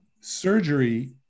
surgery